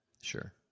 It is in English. Sure